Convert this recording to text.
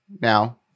now